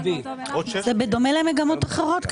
בדומה למגמות אחרות,